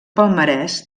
palmarès